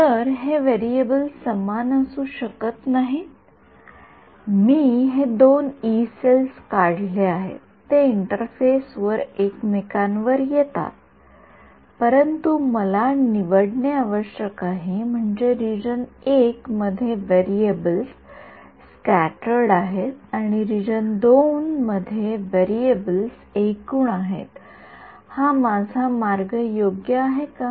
तर हे व्हेरिएबल्स समान असू शकत नाहीत मी हे दोन यी सेल्स काढले आहेत ते इंटरफेस वर एकमेकांवर येतात परंतु मला निवडणे आवश्यक आहे म्हणजे रिजन I मध्ये व्हेरिएबल्स स्क्याटर्ड आहेत रिजन II मध्ये व्हेरिएबल्स एकूण आहेत हा माझा मार्ग योग्य आहे का